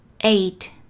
eight